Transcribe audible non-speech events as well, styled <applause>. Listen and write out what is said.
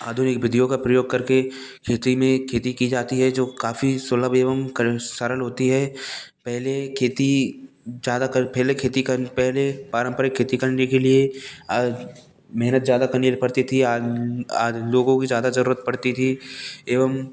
आधुनिक विधियों का प्रयोग करके खेती में खेती की जाती है जो काफ़ी सुलभ एवं <unintelligible> सरल होती है पहले खेती ज़्यादा कर पहले खेती करने पहले पारंपरिक खेती करने के लिए मेहनत ज़्यादा करनी पड़ती थी आज आज लोगों की ज़्यादा ज़रूरत पड़ती थी एवं